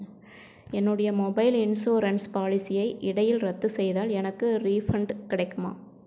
என்னுடைய mobile insurance பாலிசியை இடையில் ரத்துசெய்தால் எனக்கு ரீஃபண்ட் கிடைக்குமா